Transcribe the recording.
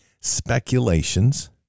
speculations